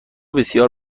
بسیار